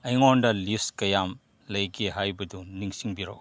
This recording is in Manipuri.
ꯑꯩꯉꯣꯟꯗ ꯂꯤꯁ ꯀꯌꯥꯝ ꯂꯩꯒꯦ ꯍꯥꯏꯕꯗꯨ ꯅꯤꯡꯁꯤꯡꯕꯤꯔꯛꯎ